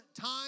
time